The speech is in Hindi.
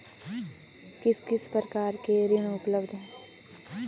किस किस प्रकार के ऋण उपलब्ध हैं?